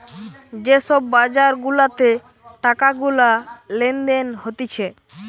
যে সব বাজার গুলাতে টাকা গুলা লেনদেন হতিছে